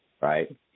right